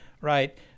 right